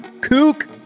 Kook